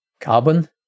Carbon